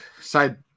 side